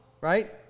right